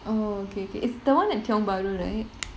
oh okay okay it's the [one] at tiong bahru right